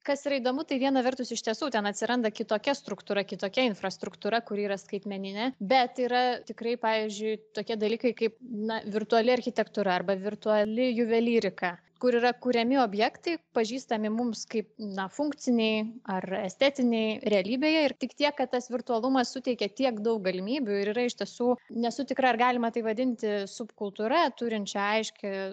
kas yra įdomu tai viena vertus iš tiesų ten atsiranda kitokia struktūra kitokia infrastruktūra kuri yra skaitmeninė bet yra tikrai pavyzdžiui tokie dalykai kaip na virtuali architektūra arba virtuali juvelyrika kur yra kuriami objektai pažįstami mums kaip na funkciniai ar estetiniai realybėje ir tik tiek kad tas virtualumas suteikia tiek daug galimybių ir yra iš tiesų nesu tikra ar galima tai vadinti subkultūra turinčia aiškią